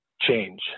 change